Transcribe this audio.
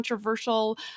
controversial